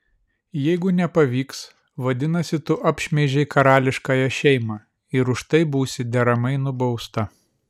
jeigu nepavyks vadinasi tu apšmeižei karališkąją šeimą ir už tai būsi deramai nubausta